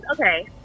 okay